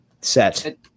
set